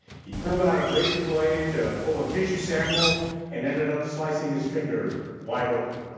he pulled out a razor blade to pull a tissue sample and ended up slicing his finger wide open.